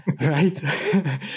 Right